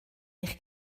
eich